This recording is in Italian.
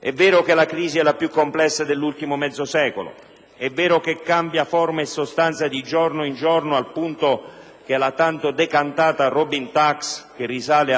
È vero che la crisi è la più complessa dell'ultimo mezzo secolo; è vero che essa cambia forma e sostanza di giorno in giorno, al punto che la tanto decantata *Robin tax*, che risale